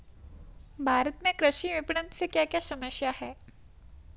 भारत में कृषि विपणन से क्या क्या समस्या हैं?